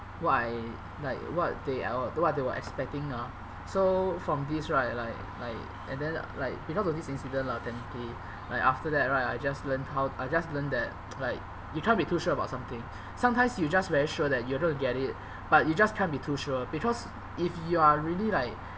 what I like what they uh are what they were expecting ah so from this right like like and then like because of this incident lah technically like after that right I just learned how I just learned that like you can't be too sure about something sometimes you just very sure that you're able to get it but you just can't be too sure because if you are really like